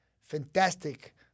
fantastic